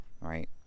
right